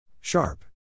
Sharp